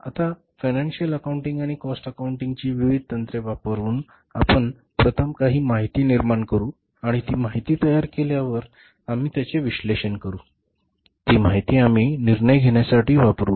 तर आता financial accounting आणि काॅस्ट अकाउंटिंगची विविध तंत्रे वापरुन आपण प्रथम काही माहिती निर्माण करू आणि ती माहिती तयार केल्यावर आम्ही त्याचे विश्लेषण करू आणि ती माहिती आम्ही निर्णय घेण्यासाठी वापरू